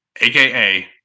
aka